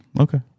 Okay